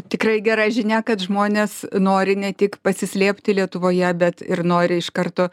tikrai gera žinia kad žmonės nori ne tik pasislėpti lietuvoje bet ir nori iš karto